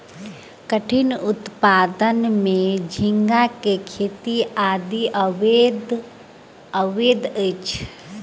कठिनी उत्पादन में झींगा के खेती आदि अबैत अछि